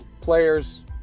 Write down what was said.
players